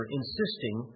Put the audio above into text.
insisting